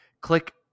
click